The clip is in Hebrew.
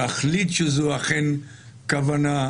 להחליט שזו אכן הכוונה,